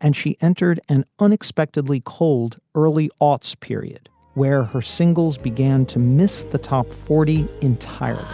and she entered an unexpectedly cold, early oughts period where her singles began to miss the top forty point entire.